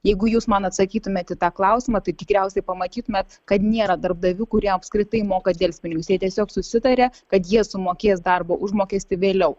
jeigu jūs man atsakytumėt į tą klausimą tai tikriausiai pamatytumėt kad nėra darbdavių kurie apskritai moka delspinigius jie tiesiog susitaria kad jie sumokės darbo užmokestį vėliau